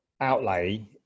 outlay